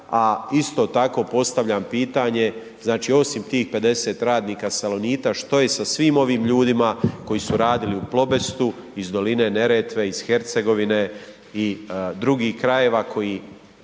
a isto tako postavljam pitanje, znači osim tih 50 radnika Salonita što je sa svim ovim ljudima koji su radili u Plobestu, iz doline Neretve iz Hercegovine i drugih krajeva koji